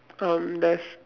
um there's